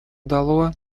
дало